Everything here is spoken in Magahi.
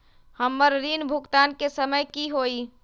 हमर ऋण भुगतान के समय कि होई?